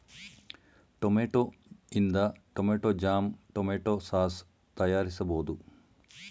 tomato ಇಂದ tomato jam, tomato sauce ತಯಾರಿಸಬೋದು